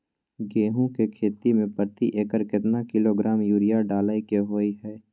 गेहूं के खेती में प्रति एकर केतना किलोग्राम यूरिया डालय के होय हय?